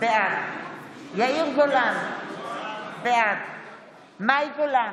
בעד יאיר גולן, בעד מאי גולן,